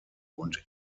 und